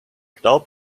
glaubt